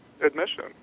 admission